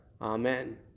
Amen